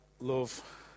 love